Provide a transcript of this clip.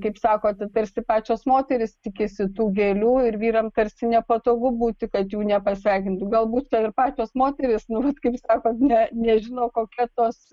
kaip sakote tarsi pačios moterys tikisi tų gėlių ir vyram tarsi nepatogu būti kad jų nepasveikintų galbūt ir pačios moterys nu vat kaip sakot ne nežino kokia tos